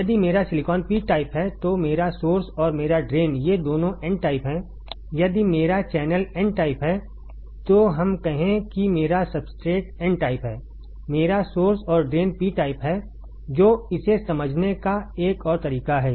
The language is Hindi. यदि मेरा सिलिकॉन P टाइप है तो मेरा सोर्स और मेरा ड्रेन ये दोनों n टाइप हैं यदि मेरा चैनल n टाइप है तो हम कहें कि मेरा सब्सट्रेट n टाइप है मेरा सोर्स है और ड्रेन P टाइप है जो इसे समझने का एक और तरीका है